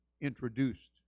introduced